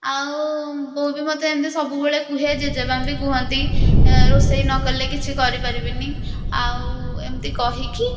ଆଉ ବୋଉ ବି ମୋତେ ସବୁବେଳେ କୁହେ ଜେଜେମାଆ ବି କୁହନ୍ତି ଏଁ ରୋଷେଇ ନ କଲେ କିଛି କରି ପାରିବିନି ଆଉ ଏମିତି କହିକି